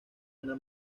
ana